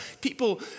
people